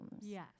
Yes